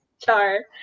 #char